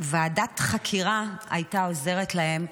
שוועדת חקירה הייתה עוזרת להם,